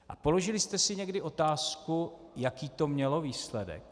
A položili jste si někdy otázku, jaký to mělo výsledek?